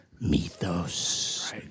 mythos